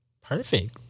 Perfect